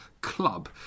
club